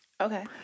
Okay